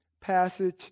passage